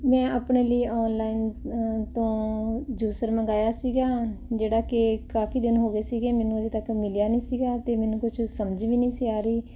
ਮੈਂ ਆਪਣੇ ਲਈ ਓਨਲਾਈਨ ਤੋਂ ਯੂਸਰ ਮੰਗਾਇਆ ਸੀਗਾ ਜਿਹੜਾ ਕਿ ਕਾਫੀ ਦਿਨ ਹੋ ਗਏ ਸੀਗੇ ਮੈਨੂੰ ਅਜੇ ਤੱਕ ਮਿਲਿਆ ਨਹੀਂ ਸੀਗਾ ਅਤੇ ਮੈਨੂੰ ਕੁਝ ਸਮਝ ਵੀ ਨਹੀਂ ਸੀ ਆ ਰਹੀ